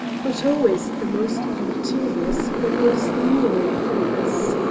but always the most punctilious when most nearly penniless.